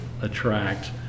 attract